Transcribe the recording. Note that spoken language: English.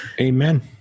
amen